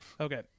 Okay